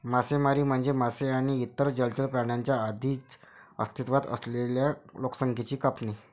मासेमारी म्हणजे मासे आणि इतर जलचर प्राण्यांच्या आधीच अस्तित्वात असलेल्या लोकसंख्येची कापणी